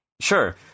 Sure